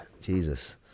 Jesus